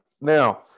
Now